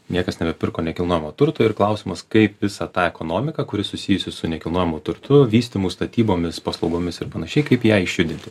niekas nebepirko nekilnojamo turto ir klausimas kaip visą tą ekonomiką kuri susijusi su nekilnojamu turtu vystymu statybomis paslaugomis ir panašiai kaip ją išjudinti